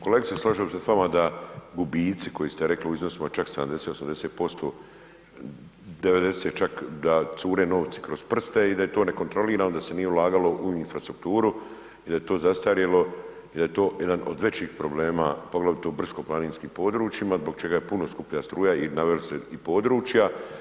Kolegice, složio bih se s vama da gubitci koje ste rekli iznose čak 70, 80%, 90 čak da cure novci kroz prste i da je to nekontrolirano, da se nije ulagalo u infrastrukturu i da je to zastarjelo i da je to jedan od većih problema, poglavito u brdsko-planinskim područjima, zbog čega je puno skuplja struja i ... područja.